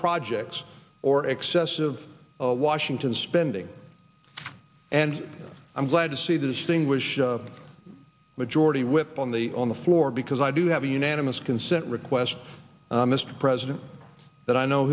projects or excessive washington spending and i'm glad to see the distinguished majority whip on the on the floor because i do have a unanimous consent request mr president that i know